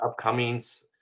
upcomings